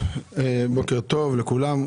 בוקר טוב לכולם.